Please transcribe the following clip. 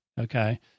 okay